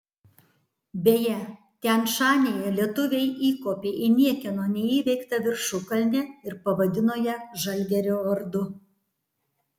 beje tian šanyje lietuviai įkopė į niekieno neįveiktą viršukalnę ir pavadino ją žalgirio vardu